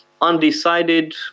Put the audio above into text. undecided